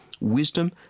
wisdom